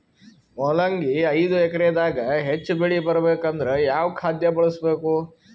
ಮೊಲಂಗಿ ಐದು ಎಕರೆ ದಾಗ ಹೆಚ್ಚ ಬೆಳಿ ಬರಬೇಕು ಅಂದರ ಯಾವ ಖಾದ್ಯ ಬಳಸಬೇಕು?